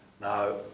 Now